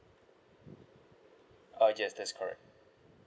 uh yes that's correct